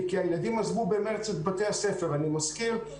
כי הילדים עזבו במרץ את בתי הספר והם